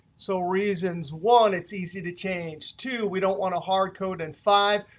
so reasons one, it's easy to change two, we don't want to hard code and five,